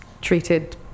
treated